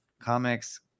comics